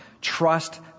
Trust